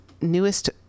newest